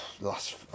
last